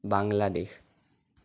Bangladesh